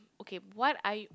okay what are you